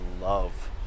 love